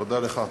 תודה לך.